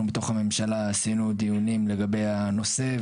אנחנו בתוך הממשלה עשינו דיונים לגבי הנושא,